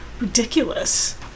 ridiculous